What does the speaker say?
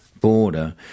border –